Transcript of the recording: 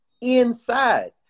Inside